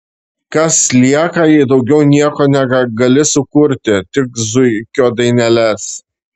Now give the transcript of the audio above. kas lieka jei daugiau nieko negali sukurti tik zuikio daineles